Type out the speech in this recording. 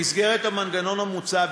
במסגרת המנגנון המוצע,